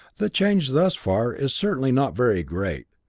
the change thus far is certainly not very great,